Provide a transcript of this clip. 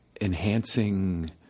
enhancing